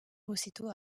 aussitôt